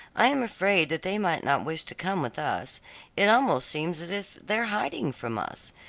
i am afraid that they may not wish to come with us it almost seems as if they are hiding from us.